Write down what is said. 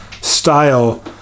style